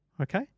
okay